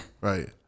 Right